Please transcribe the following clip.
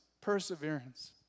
perseverance